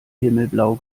himmelblau